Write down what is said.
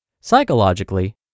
Psychologically